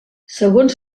segons